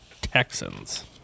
Texans